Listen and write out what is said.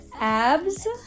Abs